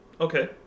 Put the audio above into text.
Okay